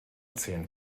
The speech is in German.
zehn